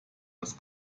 das